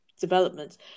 development